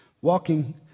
Walking